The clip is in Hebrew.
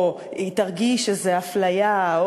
או שהיא תרגיש איזה אפליה,